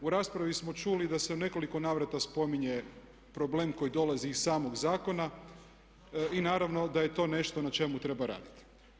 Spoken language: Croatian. U raspravi smo čuli da se u nekoliko navrata spominje problem koji dolazi iz samog zakona i naravno da je to nešto na čemu treba raditi.